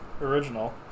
original